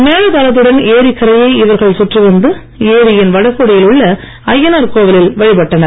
மேள தாளத்துடன் ஏரிக்கரையை இவர்கள் சுற்றி வந்து ஏரியின் வடகோடியில் உள்ள ஐயனார் கோவிலில் வழிபட்டனர்